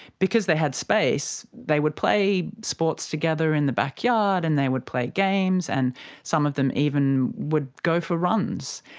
because they had space, they would play sports together in the backyard and they would play games and some of them even would go for runs.